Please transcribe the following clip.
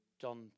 John